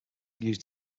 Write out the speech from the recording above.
used